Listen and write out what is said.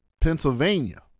Pennsylvania